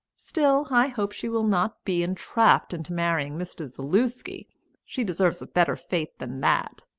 still, i hope she will not be entrapped into marrying mr. zaluski she deserves a better fate than that.